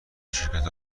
شرکت